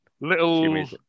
Little